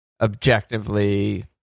objectively